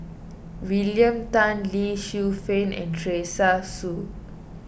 William Tan Lee Shu Fen and Teresa Hsu